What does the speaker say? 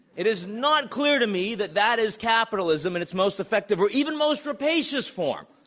it is not clear to me that that is capitalism in its most effective or even most rapacious form.